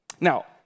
Now